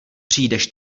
přijdeš